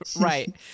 Right